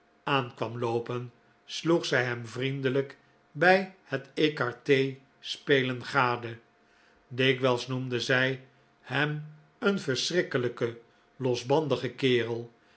aan kwam loopen sloeg zij hem vriendelijk bij het ecarte spelen gade dikwijls noemde zij hem een verschrikkelijken losbandigen kerel